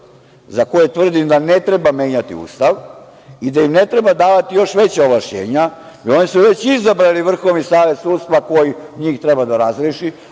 za koje tvrdim da ne treba menjati Ustav, i da im ne treba davati još veća ovlašćenja, jer oni su već izabrali Vrhovni savet sudstva koji njih treba da razreši,